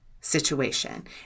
situation